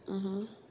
(uh huh)